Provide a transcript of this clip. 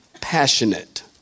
passionate